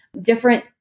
different